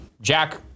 Jack